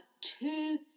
two